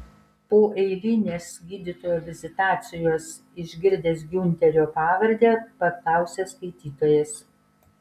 po eilinės gydytojo vizitacijos išgirdęs giunterio pavardę paklausė skaitytojas